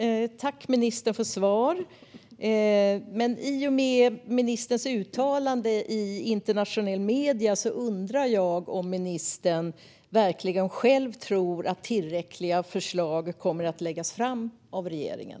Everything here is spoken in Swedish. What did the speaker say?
Herr talman! Tack, ministern, för svar! I och med ministerns uttalande i internationella medier undrar jag om ministern verkligen själv tror att tillräckliga förslag kommer att läggas fram av regeringen.